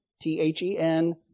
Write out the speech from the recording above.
T-H-E-N